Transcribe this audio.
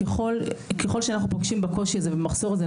ככל שאנחנו פוגשים בקושי הזה ובמחסור הזה,